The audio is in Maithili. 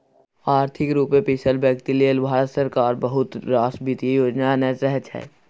आर्थिक रुपे पिछरल बेकती लेल भारत सरकार बहुत रास बित्तीय योजना अनैत रहै छै